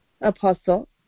apostle